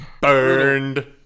Burned